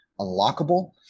unlockable